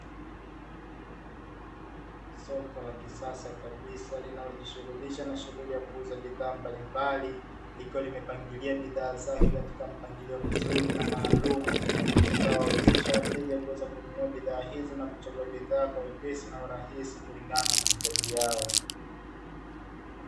Soko la kisasa kabisa linalojishughulisha na shughuli ya kuuza bidhaa mbalimbali, likuwa limepangilia bidhaa zake katika mpangilio mzuri na maalumu, tukawawezesha wateja kuweza kununua bidhaa hizi na kuchagua bidhaa hizi kulingana na mahitaji yao.